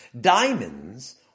Diamonds